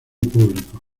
público